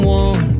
one